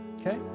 okay